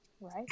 right